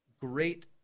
great